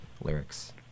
lyrics